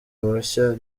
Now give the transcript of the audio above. mushya